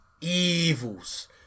evils